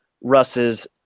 Russ's